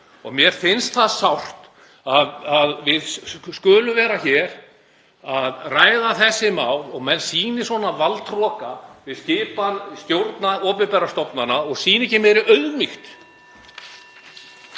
Mér finnst það sárt að við skulum vera hér að ræða þessi mál og að menn sýni svona valdhroka við skipan stjórna opinberra stofnana og sýni ekki meiri auðmýkt.